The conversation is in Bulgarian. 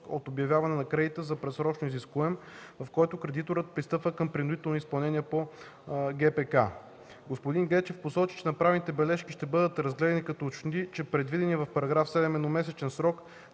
от обявяване на кредита за предсрочно изискуем, в който кредиторът пристъпва към принудително изпълнение по ГПК. Господин Гечев посочи, че направените бележки ще бъдат разгледани като уточни, че предвиденият в § 7 едномесечен срок